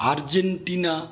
Argentina